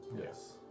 Yes